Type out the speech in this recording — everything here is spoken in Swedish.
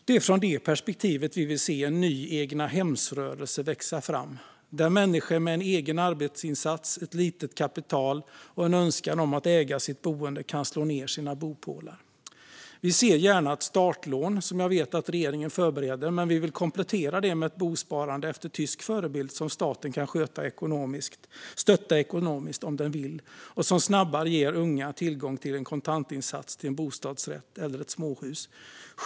Det är från detta perspektiv vi vill se en ny egnahemsrörelse växa fram, där människor med en egen arbetsinsats, ett litet kapital och en önskan om att äga sitt boende kan slå ned sina bopålar. Vi ser gärna ett startlån, som jag vet att regeringen förbereder. Men vi vill komplettera det med ett bosparande efter tysk förebild som staten kan stötta ekonomiskt om den vill och som snabbare ger unga tillgång till en kontantinsats till en bostadsrätt eller ett småhus.